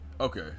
Okay